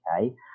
Okay